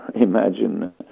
imagine